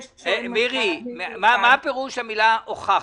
מצב מיוחד --- מה פירוש המילה "הוכחנו"?